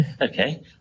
Okay